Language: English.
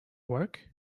work